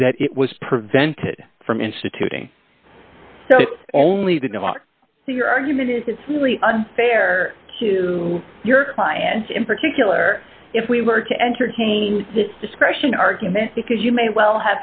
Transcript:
is that it was prevented from instituting only the so your argument is it's really unfair to your clients in particular if we were to entertain this discussion argument because you may well